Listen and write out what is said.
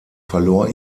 verlor